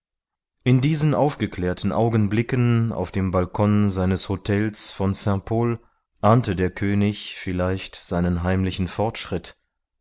in diesen aufgeklärten augenblicken auf dem balkon seines htels von saint pol ahnte der könig vielleicht seinen heimlichen fortschritt